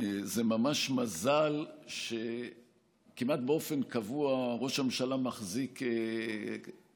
זה ממש מזל שכמעט באופן קבוע ראש הממשלה מחזיק תיק,